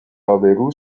ابرو